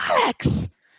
alex